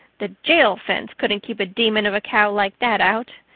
the jail fence couldn't keep a demon of a cow like that out.